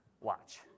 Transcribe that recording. watch